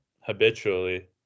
habitually